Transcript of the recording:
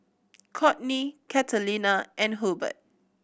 Cortney Catalina and Hurbert